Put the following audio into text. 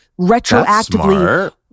retroactively